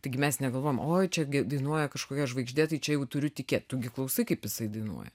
taigi mes negalvojam oi čia gi dainuoja kažkokia žvaigždė tai čia jau turiu tikėti tu gi klausai kaip jisai dainuoja